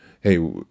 Hey